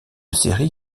série